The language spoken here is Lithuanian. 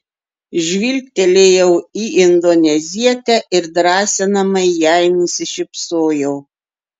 žvilgtelėjau į indonezietę ir drąsinamai jai nusišypsojau